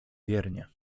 wiernie